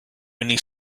only